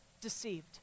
deceived